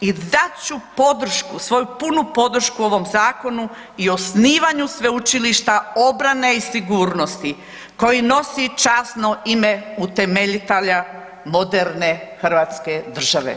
i dat ću podršku, svoju punu podršku ovom zakonu i osnivanju Sveučilišta obrane i sigurnosti koji nosi časno ime utemeljitelja moderne hrvatske države.